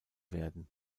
werden